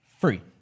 free